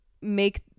make